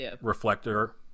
reflector